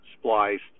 spliced